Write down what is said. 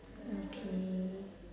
okay